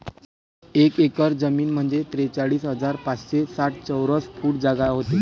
एक एकर जमीन म्हंजे त्रेचाळीस हजार पाचशे साठ चौरस फूट जागा व्हते